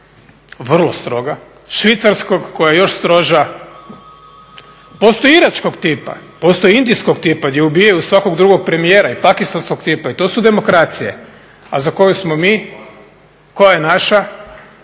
vrlo stroga, švicarskog koja je još stroža, postoji iračkog tipa, postoji indijskog tipa gdje ubijaju svakog drugog premijera i pakistanskog tipa, i to su demokracije, a za koju smo mi? Koja je naša?